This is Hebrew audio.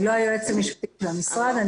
אני מייעוץ וחקיקה.